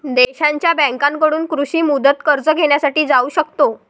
देशांच्या बँकांकडून कृषी मुदत कर्ज घेण्यासाठी जाऊ शकतो